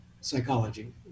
psychology